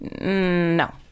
No